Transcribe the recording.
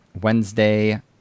Wednesday